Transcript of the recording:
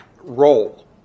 role